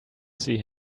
see